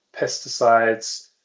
pesticides